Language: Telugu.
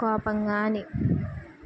కోపంగాని